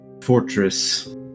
Fortress